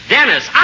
Dennis